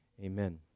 Amen